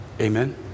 Amen